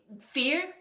fear